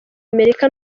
amerika